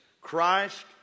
Christ